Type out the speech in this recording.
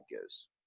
goes